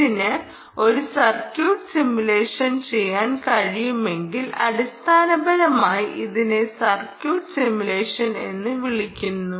ഇതിന് ഒരു circuit simulation ചെയ്യാൻ കഴിയുമെങ്കിൽ അടിസ്ഥാനപരമായി ഇതിനെ സർക്യൂട്ട് സിമുലേഷൻ എന്ന് വിളിക്കുന്നു